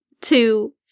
Two